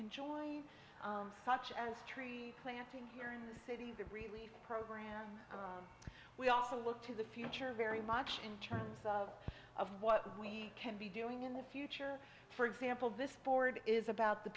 join such as tree planting here in the city the relief program we also look to the future very much in terms of of what we can be doing in the future for example this board is about the